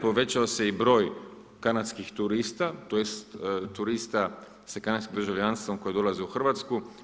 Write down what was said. Povećao se i broj kanadskih turista, tj. turista sa kanadskim državljanstvom koji dolaze u Hrvatsku.